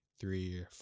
three